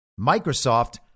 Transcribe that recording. Microsoft